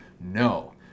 no